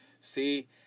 See